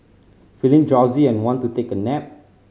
feeling drowsy and want to take a nap